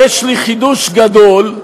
יש לי חידוש גדול: